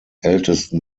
ältesten